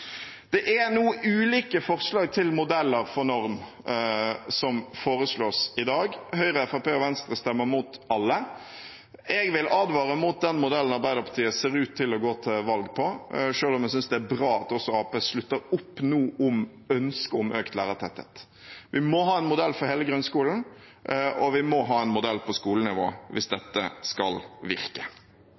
Det er litt ulike forslag til modeller for norm som foreslås i dag. Høyre, Fremskrittspartiet og Venstre stemmer mot alle. Jeg vil advare mot den modellen Arbeiderpartiet ser ut til å gå til valg på, selv om jeg synes det er bra at også Arbeiderpartiet nå slutter opp om ønsket om lærertetthet. Vi må ha en modell for hele grunnskolen, og vi må ha en modell på skolenivå, hvis dette skal virke.